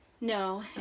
No